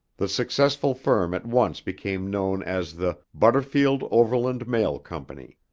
the successful firm at once became known as the butterfield overland mail company.